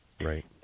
right